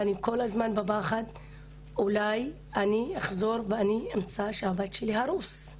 ואני נשארת כל הזמן בפחד שמא אחזור ואני אמצא שהבית שלי הרוס.